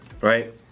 right